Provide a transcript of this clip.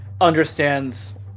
understands